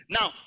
Now